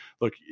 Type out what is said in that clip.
look